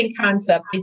concept